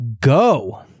go